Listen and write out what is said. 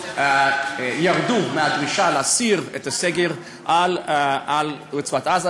ירדו מהדרישה להסיר את הסגר על רצועת-עזה,